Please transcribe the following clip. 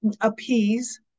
appease